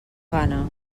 gana